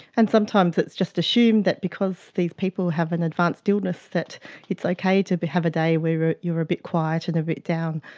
and sometimes it's just assumed that because these people have an advanced illness, that it's okay to but have a day where you are a bit quiet and a bit down,